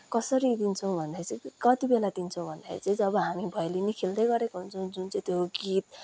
कसरी दिन्छौँ भन्दाखेरि चाहिँ कतिबेला भन्दाखेरि चाहिँ जब हामी भैलिनी खेल्दै गरेको हुन्छौँ जुन चाहिँ त्यो गीत